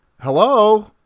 Hello